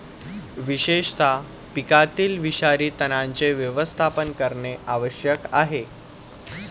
विशेषतः पिकातील विषारी तणांचे व्यवस्थापन करणे आवश्यक आहे